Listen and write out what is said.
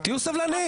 תהיו סבלניים.